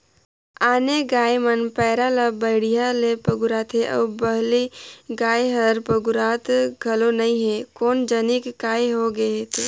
आने गाय मन पैरा ला बड़िहा ले पगुराथे अउ बलही गाय हर पगुरात घलो नई हे कोन जनिक काय होय गे ते